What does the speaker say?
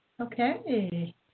Okay